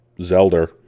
Zelda